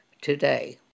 today